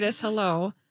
Hello